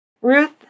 Ruth